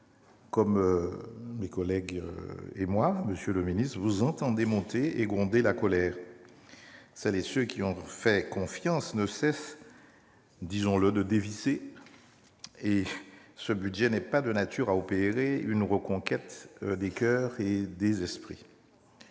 comme mes collègues et moi, monsieur le secrétaire d'État, vous entendez monter et gronder la colère. Celles et ceux qui ont fait confiance ne cessent, disons-le, de dévisser et ce budget n'est pas de nature à opérer une reconquête des coeurs et des esprits.